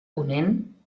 ponent